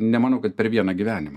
nemanau kad per vieną gyvenimą